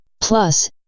plus